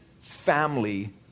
family